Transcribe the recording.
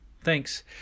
Thanks